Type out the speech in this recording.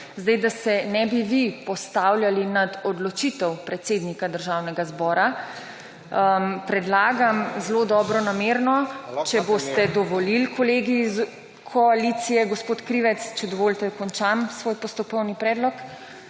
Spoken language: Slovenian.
Zdaj, da se ne bi vi postavljali nad odločitev predsednika Državnega zbora, predlagam zelo dobronamerno, če boste dovolili kolegi iz koalicije, gospod Krivec, če dovolite, da končam svoj postopkovni predlog.